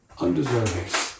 undeserving